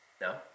No